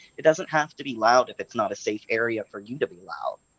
it doesn't have to be loud if it's not a safe area for you to be loud,